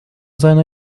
seiner